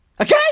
Okay